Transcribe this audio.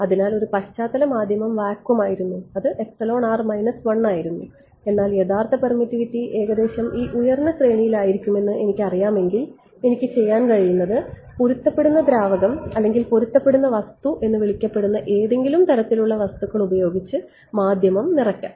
അതിനാൽ ഒരു പശ്ചാത്തല മാധ്യമം വാക്വം ആയിരുന്നു അത് ആയിരുന്നു എന്നാൽ യഥാർത്ഥ പെർമിറ്റിവിറ്റി ഏകദേശം ഈ ഉയർന്ന ശ്രേണിയിലായിരിക്കുമെന്ന് എനിക്കറിയാമെങ്കിൽ എനിക്ക് ചെയ്യാൻ കഴിയുന്നത് പൊരുത്തപ്പെടുന്ന ദ്രാവകം അല്ലെങ്കിൽ പൊരുത്തപ്പെടുന്ന വസ്തു എന്ന് വിളിക്കപ്പെടുന്ന ഏതെങ്കിലും തരത്തിലുള്ള വസ്തുക്കൾ ഉപയോഗിച്ച് മാധ്യമം നിറയ്ക്കാം